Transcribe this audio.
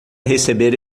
receber